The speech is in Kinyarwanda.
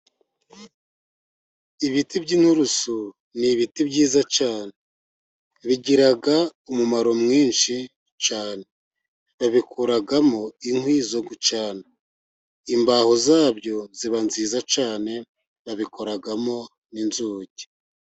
Ibiti by'inturusu ni ibiti byiza cyane bigiraga umumaro mwinshi cyane; bibikuragamo inkwi zo gucana, imbaho zabyo ziba nziza cyane hari n'ababikoramo n'inzugi.